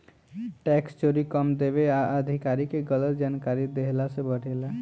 tax चोरी कम देवे आ अधिकारी के गलत जानकारी देहला से बढ़ेला